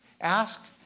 Ask